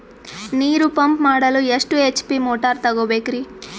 ನೀರು ಪಂಪ್ ಮಾಡಲು ಎಷ್ಟು ಎಚ್.ಪಿ ಮೋಟಾರ್ ತಗೊಬೇಕ್ರಿ?